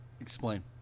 Explain